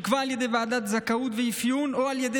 שנקבעה על ידי ועדת זכאות ואפיון או על ידי